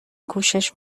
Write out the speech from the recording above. کوشش